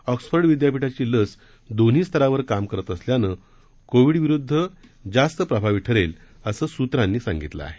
Oxford विद्यापीठची लस दोन्ही स्तरावर काम करत असल्यानं कोविड विरुद्ध जास्त प्रभावी ठरेल असं सूत्रांनी सांगितले आहे